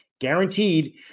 guaranteed